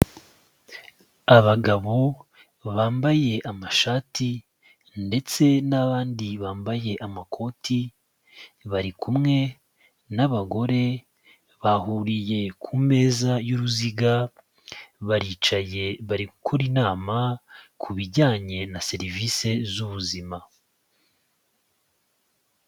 Abagabo bambaye amashati, ndetse n'abandi bambaye amakoti, bari kumwe n'abagore, bahuriye ku meza y'uruziga, baricaye bari gukora inama, ku bijyanye na serivisi z'ubuzima.